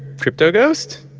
crypto ghost?